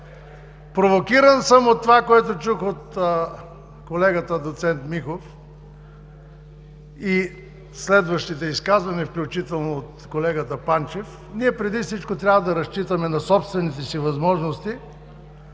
Провокиран съм от това, което чух от колегата доцент Михов и следващите изказвания, включително и от колегата Панчев. Преди всичко трябва да разчитаме на собствените си възможности